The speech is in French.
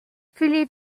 philip